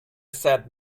said